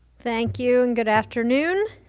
thank you, and good afternoon.